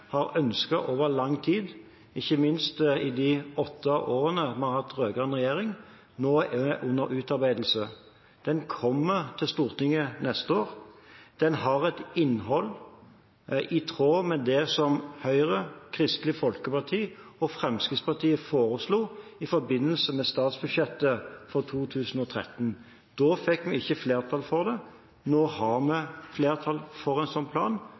har ønsket over lang tid, ikke minst i de åtte årene vi har hatt en rød-grønn regjering, nå er under utarbeidelse. Den kommer til Stortinget neste år, den har et innhold i tråd med det som Høyre, Kristelig Folkeparti og Fremskrittspartiet foreslo i forbindelse med statsbudsjettet for 2013. Da fikk vi ikke flertall for det, nå har vi flertall for en sånn plan.